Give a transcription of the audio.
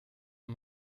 man